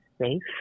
safe